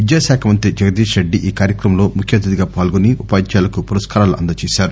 విద్యాశాఖమంత్రి జగదీష్రెడ్డి ఈ కార్యక్రమంలో ముఖ్య అతిథిగా పాల్గొని ఉ పాధ్యాయులకు పురస్కారాలు అందజేశారు